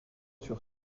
sur